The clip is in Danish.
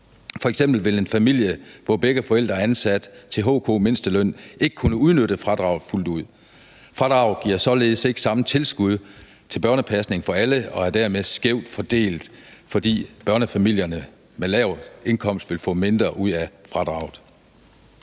F.eks. ville en familie, hvor begge forældre er ansat til HK's mindsteløn, ikke kunne udnytte fradraget fuldt ud. Fradraget giver således ikke samme tilskud til børnepasning for alle og er dermed skævt fordelt, fordi børnefamilier med lav indkomst vil få mindre ud af fradraget.